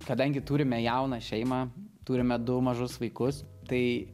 kadangi turime jauną šeimą turime du mažus vaikus tai